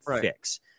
fix